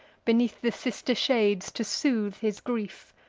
beneath the sister shades, to soothe his grief.